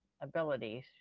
abilities